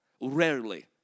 Rarely